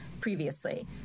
previously